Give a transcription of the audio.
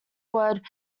word